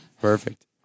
Perfect